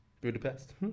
budapest